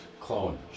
clone